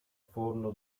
forno